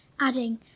adding